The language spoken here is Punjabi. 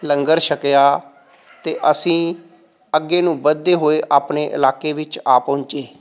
ਲੰਗਰ ਛਕਿਆ ਅਤੇ ਅਸੀਂ ਅੱਗੇ ਨੂੰ ਵੱਧਦੇ ਹੋਏ ਆਪਣੇ ਇਲਾਕੇ ਵਿੱਚ ਆ ਪਹੁੰਚੇ